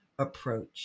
approach